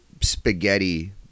spaghetti